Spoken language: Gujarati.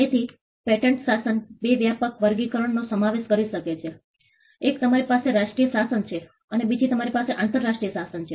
તેથી પેટન્ટ શાસન બે વ્યાપક વર્ગીકરણનો સમાવેશ કરી શકે છે એક તમારી પાસે રાષ્ટ્રીય શાસન છે અને બીજી તમારી પાસે આંતરરાષ્ટ્રીય શાસન છે